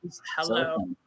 Hello